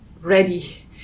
ready